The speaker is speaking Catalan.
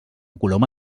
coloma